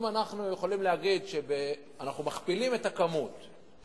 אם אנחנו יכולים להגיד שאנחנו מכפילים את היצע